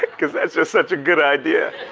because that's just such a good idea.